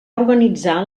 organitzar